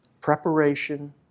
preparation